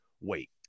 wait